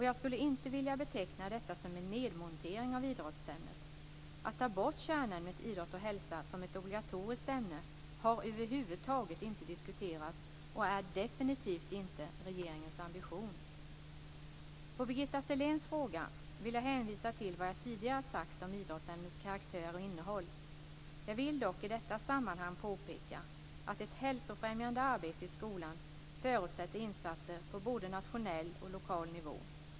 Jag skulle inte vilja beteckna detta som en nedmontering av idrottsämnet. Att ta bort kärnämnet idrott och hälsa som ett obligatoriskt ämne har över huvud taget inte diskuterats och är definitivt inte regeringens ambition. Beträffande Birgitta Selléns fråga vill jag hänvisa till vad jag tidigare sagt om idrottsämnets karaktär och innehåll. Jag vill dock i detta sammanhang påpeka att ett hälsofrämjande arbete i skolan förutsätter insatser på både nationell och lokal nivå.